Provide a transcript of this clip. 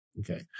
Okay